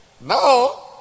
No